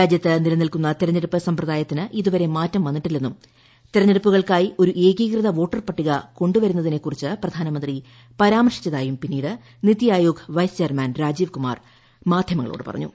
രാജ്യത്ത് നിലനിൽക്കുന്ന തെരഞ്ഞെടുപ്പ് സംസ്പാദിയത്തിന് ഇതുവരെ മാറ്റം വന്നിട്ടില്ലെന്നും ത്രെത്തെടുപ്പുകൾക്കായി ഒരു ഏകികൃത വോട്ടർപട്ടിക കൊണ്ടുവരുന്നതിനെ കുറിച്ച് പ്രധാനമന്ത്രി പരാമർശിച്ചതായും പിന്നീട് നിതി ആയോഗ് വൈസ് ചെയർമാൻ രാജീവ് കുമാർ മാധൃമങ്ങളോട് പറഞ്ഞു